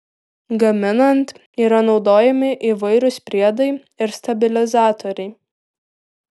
gaminant yra naudojami įvairūs priedai ir stabilizatoriai